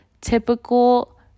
typical